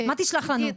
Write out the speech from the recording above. מה תשלח לנו?